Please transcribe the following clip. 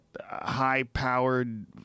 high-powered